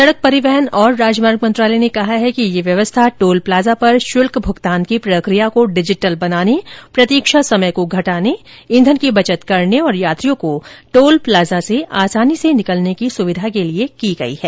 सडक परिवहन और राजमार्ग मंत्रालय ने कहा है कि यह व्यवस्था टोल प्लाजा पर शुल्क भुगतान की प्रक्रिया को डिजिटल बनाने प्रतीक्षा समय को घटाने ईंधन की बचत करने और यात्रियों को टोल प्लाजा से आसानी से निकलने की सुविधा के लिए की गई है